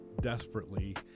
desperately